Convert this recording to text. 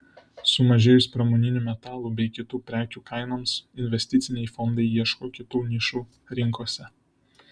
sumažėjus pramoninių metalų bei kitų prekių kainoms investiciniai fondai ieško kitų nišų rinkose